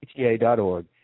pta.org